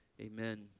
Amen